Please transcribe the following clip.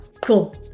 cool